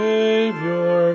Savior